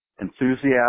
enthusiastic